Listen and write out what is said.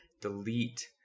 delete